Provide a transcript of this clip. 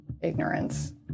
ignorance